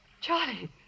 Charlie